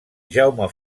jaume